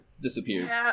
disappeared